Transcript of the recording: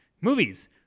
movies